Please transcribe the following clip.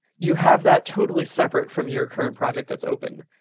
you have that totally separate from your current project that's open.